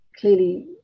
clearly